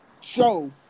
show